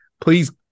please